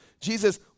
Jesus